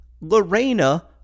Lorena